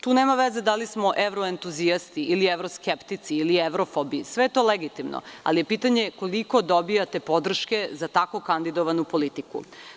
Tu nema veze da li smo evroentuzijasti ili evroskeptici ili evrofobi, sve je to legitimno, ali je pitanje koliko dobijate podrške za tako kandidovanu politiku.